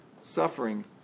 suffering